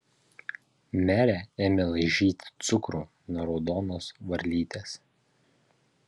merė ėmė laižyti cukrų nuo raudonos varlytės